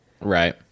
Right